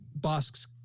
Bosk's